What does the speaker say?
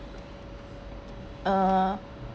err